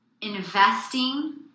Investing